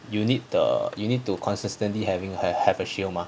you need the you need to consistently having hav~ have a shield mah